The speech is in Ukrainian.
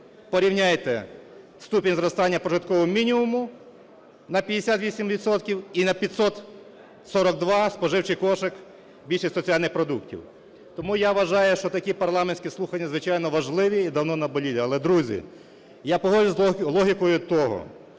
Порівняйте ступінь зростання прожиткового мінімуму: на 58 відсотків і на 542 – споживчій кошик, більшість соціальних продуктів. Тому я вважаю, що такі парламентські слухання, звичайно, важливі і давно наболілі. Але, друзі, я погоджуюсь з логікою того,